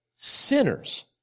sinners